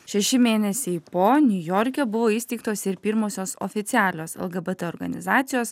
šeši mėnesiai po niujorke buvo įsteigtos ir pirmosios oficialios lgbt organizacijos